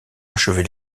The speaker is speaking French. achever